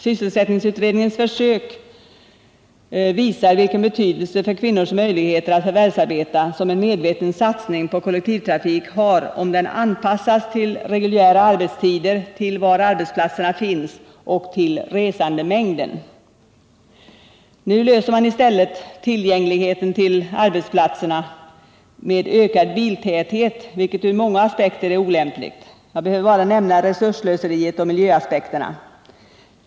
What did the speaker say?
Sysselsättningsutredningens försök visar vilken betydelse för kvinnors möjligheter att förvärvsarbeta en medveten satsning på kollektivtrafik har, om den anpassas till reguljära arbetstider, till var arbetsplatserna finns — och till resandemängden. Nu löser man i stället tillgängligheten till arbetsplatserna med ökad biltäthet, vilket ur många aspekter är olämpligt. Jag behöver bara nämna resursslöseriet och miljöaspekterna.